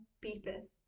people